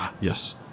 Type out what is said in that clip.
Yes